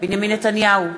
בנימין נתניהו,